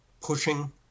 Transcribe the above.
pushing